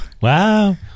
Wow